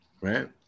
right